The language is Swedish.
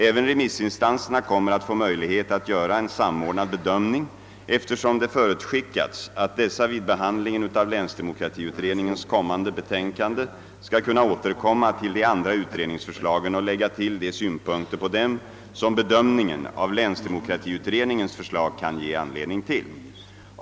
Även remissinstanserna kommer att få möjlighet att göra en samordnad bedömning, eftersom det förutskickats att dessa vid behandlingen av länsdemokratiutredningens kommande betänkande skall kunna återkomma till de andra utredningsförslagen och lägga till de synpunkter på dem som bedömningen av länsdemokratiutredningens förslag kan ge anledning till.